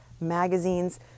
magazines